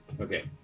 Okay